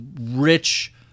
rich